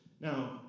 Now